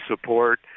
support